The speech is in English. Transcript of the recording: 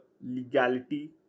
legality